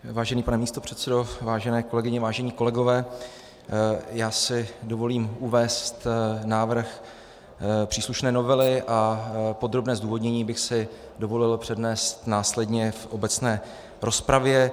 Vážený pane místopředsedo, vážené kolegyně, vážení kolegové, já si dovolím uvést návrh příslušné novely a podrobné zdůvodnění bych si dovolil přednést následně v obecné rozpravě.